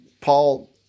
Paul